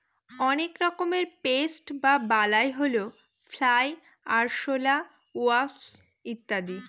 অনেক রকমের পেস্ট বা বালাই হল ফ্লাই, আরশলা, ওয়াস্প ইত্যাদি